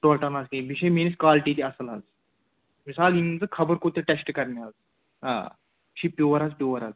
total حظ کیٚنٛہہ بیٚیہِ چھےَ میٛٲنِس کالٹی تہِ اَصٕل حظ مِثال یِم نِتہٕ ژٕ خبر کوٗت تہِ ٹٮ۪سٹہٕ کَرنہِ حظ آ یہِ چھُ پیٛووَر حظ پیٛووَر حظ